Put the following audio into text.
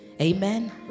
amen